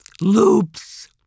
loops